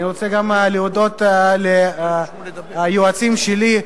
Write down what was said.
אני רוצה גם להודות ליועצים שלי,